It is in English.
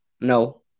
No